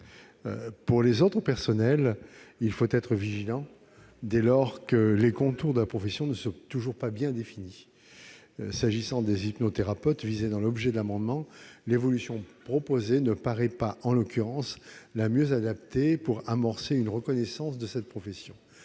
Pour les autres personnels, il faut être vigilant dès lors que les contours de la profession ne sont toujours pas bien définis. S'agissant des hypnothérapeutes visés dans l'objet de l'amendement, l'évolution proposée ne paraît pas, en l'occurrence, la mieux adaptée en vue d'amorcer une reconnaissance de cette profession.